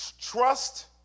Trust